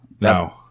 No